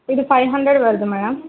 இது five hundred வருது madam